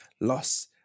loss